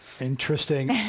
Interesting